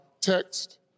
text